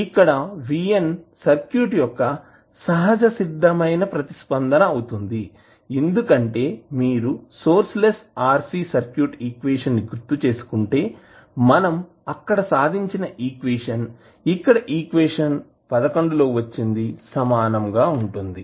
ఇక్కడ Vn circuit యొక్క సహజసిద్ధమైన ప్రతిస్పందన అవుతుంది ఎందుకంటే మీరు సోర్స్ లెస్ RC సర్క్యూట్ ఈక్వేషన్న్ని గుర్తు చేసుకుంటేమనం అక్కడ సాధించిన ఈక్వేషన్ ఇక్కడ ఈక్వేషన్ లో వచ్చింది సమానంగా ఉంటుంది